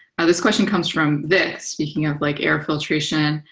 this question comes from vick. speaking of like air filtration,